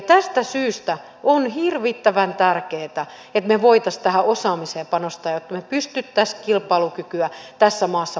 tästä syystä on hirvittävän tärkeätä että me voisimme tähän osaamiseen panostaa jotta me pystyisimme kilpailukykyä tässä maassa parantamaan